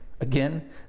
Again